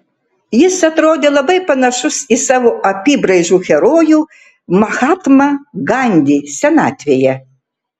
jis atrodė labai panašus į savo apybraižų herojų mahatmą gandį senatvėje